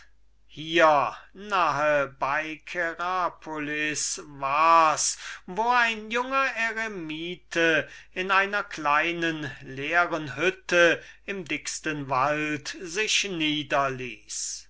hier nahe bei kerapolis wars wo ein junger eremite in einer kleinen leeren hütte im dicksten wald sich niederließ